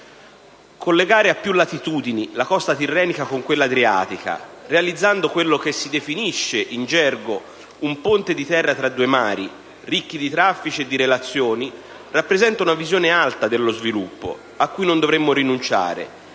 Collegare a più latitudini la costa tirrenica con quella adriatica, realizzando quello che si definisce «un ponte di terra tra due mari» ricchi di traffici e di relazioni, rappresenta una visione alta dello sviluppo a cui non dovremmo rinunciare,